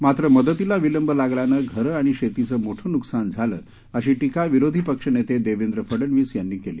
मात्र मदतीला विलंब लागल्याने घरे आणि शेतीचे मोठे न्कसान झालं अशी टीका विरोधी पक्ष नेते देवेंद्र फडणवीस यांनी केली